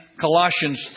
Colossians